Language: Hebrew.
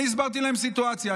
הסברתי להם סיטואציה.